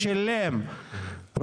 4?